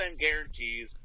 guarantees